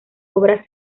obras